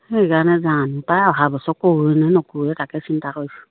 সেইকাৰণে জানো পাই অহা বছৰ কৰোঁ নে নকৰোঁ তাকে চিন্তা কৰিছোঁ